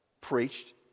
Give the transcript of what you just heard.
preached